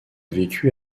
vécu